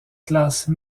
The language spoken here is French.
classe